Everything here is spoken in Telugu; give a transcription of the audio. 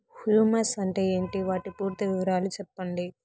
హ్యూమస్ అంటే ఏంటి? వాటి పూర్తి వివరాలు సెప్పండి?